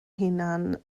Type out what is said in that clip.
hunain